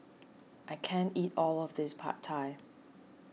I can't eat all of this Pad Thai